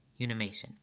Unimation